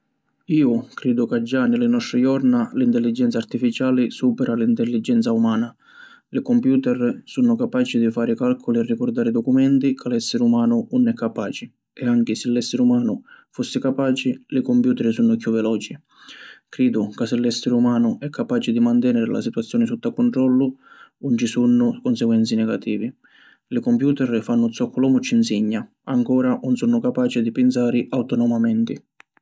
Iu cridu ca già ni li nostri jorna, l’intelligenza artificiali superà l’intelligenza umana. Li computer sunnu capaci di fari calculi e ricurdari documenti ca l’essiri umanu ‘un è capaci e anchi si l’essiri umanu fussi capaci, li computer sunnu chiù veloci. Cridu ca si l’essiri umanu è capaci di manteniri la situazioni sutta cuntrollu, 'un ci sunnu conseguenzi negativi. Li computer fannu zoccu l’omu ci nsigna, ancora 'un sunnu capaci di pinsari autonomamenti.